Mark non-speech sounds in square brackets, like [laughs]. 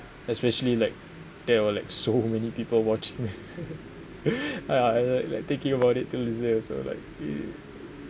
especially like there were like so many people watching [laughs] [breath] ya [noise] it's like thinking about it until these days also like [noise]